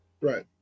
Right